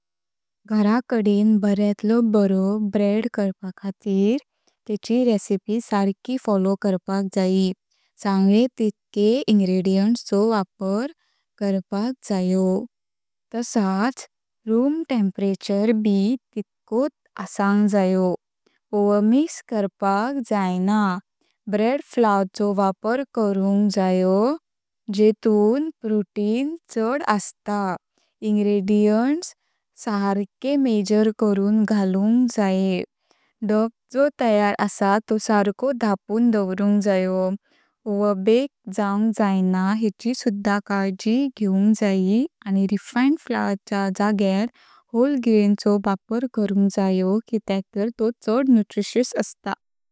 घराकडेन बार्यातलो बारो ब्रेड करपाक खातीर तेची रेसिपी सर्की फॉलो करपाक जायी, संगले तीतके इंग्रीडियेण्ट्स चो वापार करपाक जयो। तशाच रूम टेंपरेचर ब ठीकट असंक जयो, ओवरमिक्स करपाक जाईना। ब्रेड फ्लोर चो वापार करूनक जयो जेटून प्रोटीन चड आसता। इंग्रीडियेण्ट्स सर्के मेजर करून घालूनक जये। डो जो तयार आसा तो सर्को धपून दावरूनक जयो। ओवरबेक जाआवक जाईना हेची सुधा काळजी घेवक जयी आणि रिफाइंड फ्लोर चा जाग्यार होल ग्रेन चो वापार करूनक जयो कित्याक तर तो चड न्यूट्रिशस आस्ता।